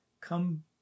come